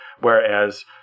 Whereas